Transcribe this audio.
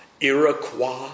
Iroquois